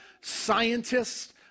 scientists